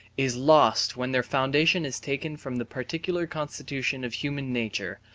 is lost when their foundation is taken from the particular constitution of human nature,